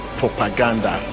propaganda